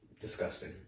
disgusting